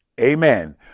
amen